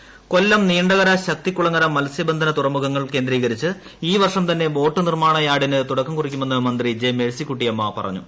മേഴ്സിക്കുട്ടിയമ്മ കൊല്ലം നീണ്ടകര ശക്തികുളങ്ങര മത്സ്യബന്ധന തുറമുഖങ്ങൾ കേന്ദ്രീകരിച്ച് ഈ വർഷം തന്നെ ബോട്ട് ത്തിർമാണ യാഡിന് തുടക്കം കുറിക്കുമെന്ന് മന്ത്രി ജെ മേഴ്സിക്കുട്ടിയിമ്മ പറഞ്ഞു